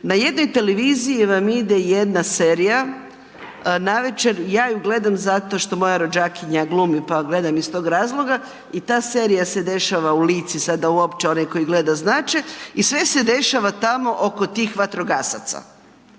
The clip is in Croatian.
Na jednoj televiziji vam ide jedna serija navečer, ja ju gledam zato što moja rođakinja glumi, pa gledam iz tog razloga i ta serija se dešava u Lici, sada uopće onaj koji gleda znat će i sve se dešava tamo oko tih vatrogasaca